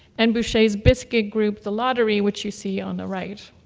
and boucher's biscuit group, the lottery, which you see on the right.